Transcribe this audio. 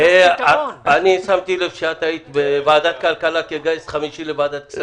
וגם ליושב-ראש ועדת הכלכלה חבר הכנסת מרגי.